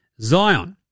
Zion